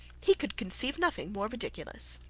he could conceive nothing more ridiculous.